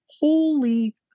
Holy